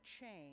change